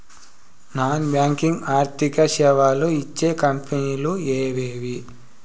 Non banking ఆర్థిక సేవలు ఇచ్చే కంపెని లు ఎవేవి?